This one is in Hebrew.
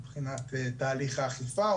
מבחינת תהליך האכיפה.